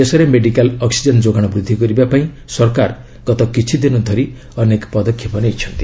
ଦେଶରେ medical oxygen ଯୋଗାଣ ବୃଦ୍ଧି କରିବାପାଇଁ ସରକାର ଗତ କିଛିଦିନ ଧରି ଅନେକ ପଦକ୍ଷେପ ନେଇଛନ୍ତି